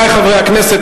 חברי חברי הכנסת,